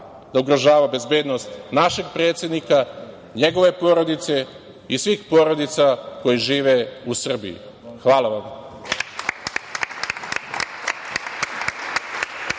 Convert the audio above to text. da ugrožava bezbednost našeg predsednika, njegove porodice i svih porodica koje žive u Srbiji. Hvala vam.